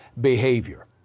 behavior